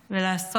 ולעשות